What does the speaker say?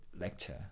lecture